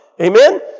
Amen